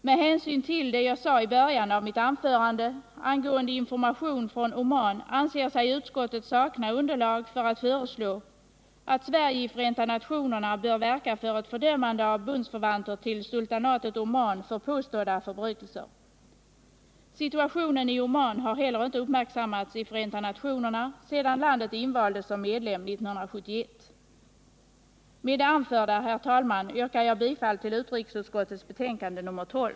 Med hänsyn till det jag sade i början av mitt anförande angående information från Oman anser sig utskottet sakna underlag för att föreslå att Sverige i FN bör verka för ett fördömande av bundsförvanter till sultanatet Oman för påstådda förbrytelser. Situationen i Oman har heller inte uppmärksammats i FN sedan landet invaldes som medlem 1971. Med det anförda, herr talman, yrkar jag bifall till utrikesutskottets hemställan i dess betänkande nr 12.